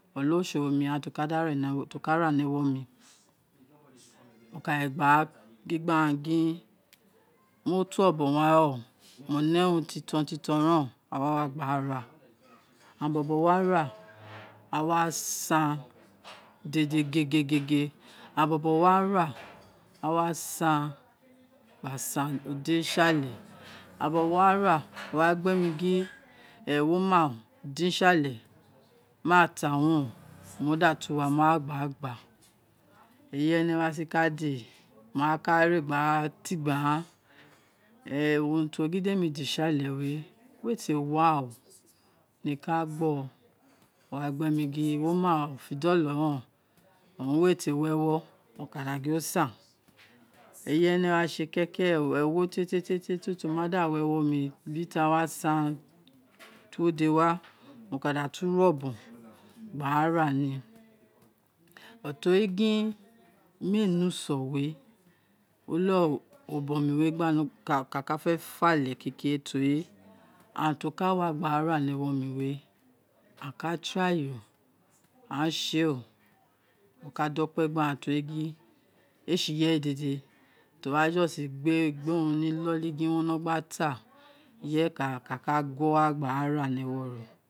Ọlosowo mi ghan ti oka da ra ni ewo mi mo ka ré gba gin gbe eghan gin mo to obun wa rẹ o mo nẹ urun titon titon rẹn a wa gba ra aghan bobo wara awa san dede gégé aghan bobo wa ra a wa san gba san odé si ale aghan bobo wa ra aghan wa gin gbe gin wo ma o din si àle ma ta wun omo da tu wa mo wa gba gba eyi ene wa si ka dée maka ré gba ti gbi aghan urun tiwo din dé mi din si ale wé wéè té wa o niko owun a gbóò awa gin gbe gin ofo dolo ren ogho éè té wi ewo mo ka da gin o san éyi ene wa sé kẹke ewo tie tie ti o dawi ewo mi bi tie wa sau to wi ode wa mo kada tu ré obou gba raa ni but téri gin méè ne uso we o leghe ọbọn wé gba no kákà fe fá le keke re téri aghan to ka wa gba rani ewo nii wé aghan ka try aghan se o, mo ka do kpe tori éè si ireye dédé o wa just gbé urun ni indi gin o no gba ta ireye kaka guo ea gba ra